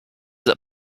that